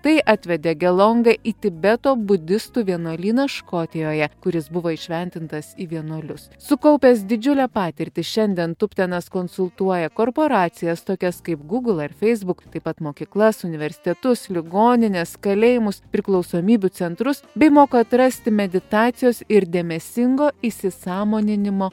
tai atvedė gelongą į tibeto budistų vienuolyną škotijoje kur jis buvo įšventintas į vienuolius sukaupęs didžiulę patirtį šiandien tuptenas konsultuoja korporacijas tokias kaip google ar facebook taip pat mokyklas universitetus ligonines kalėjimus priklausomybių centrus bei moko atrasti meditacijos ir dėmesingo įsisąmoninimo